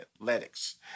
athletics